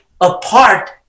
apart